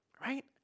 Right